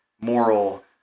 moral